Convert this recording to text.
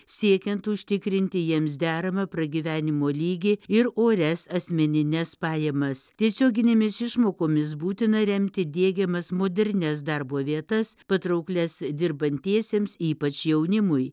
siekiant užtikrinti jiems deramą pragyvenimo lygį ir orias asmenines pajamas tiesioginėmis išmokomis būtina remti diegiamas modernias darbo vietas patrauklias dirbantiesiems ypač jaunimui